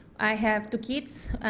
i have two kids,